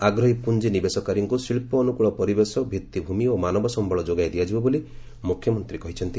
ଆଗ୍ରହୀ ପୁଞି ନିବେଶକାରୀଙ୍କୁ ଶିକ୍କ ଅନୁକୂଳ ପରିବେଶ ଭିଭିଭୂମି ଓ ମାନବ ସମ୍ୟଳ ଯୋଗାଇ ଦିଆଯିବ ବୋଲି ମୁଖ୍ୟମନ୍ତୀ କହିଛନ୍ତି